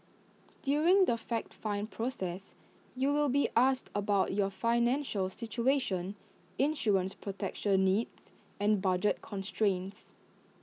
during the fact find process you will be asked about your financial situation insurance protection needs and budget constraints